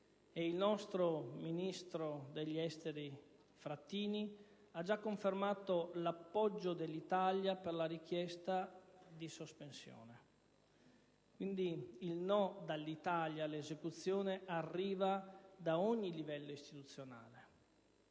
il nostro ministro degli affari esteri Frattini ha già confermato l'appoggio dell'Italia alla richiesta di sospensione. Quindi, il no dell'Italia all'esecuzione arriva da ogni livello istituzionale.